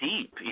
deep